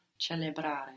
celebrare